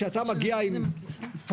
כשאתה מגיע עם פרויקט,